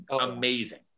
amazing